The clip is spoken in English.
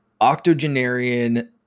octogenarian